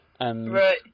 Right